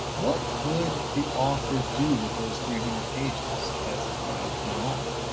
what would the author do with those three hundred pages as time went on?